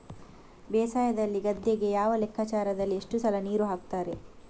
ಬೇಸಾಯದಲ್ಲಿ ಗದ್ದೆಗೆ ಯಾವ ಲೆಕ್ಕಾಚಾರದಲ್ಲಿ ಎಷ್ಟು ಸಲ ನೀರು ಹಾಕ್ತರೆ?